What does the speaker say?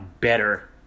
better